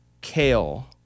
kale